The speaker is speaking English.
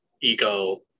ego